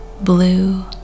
blue